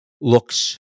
looks